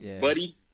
buddy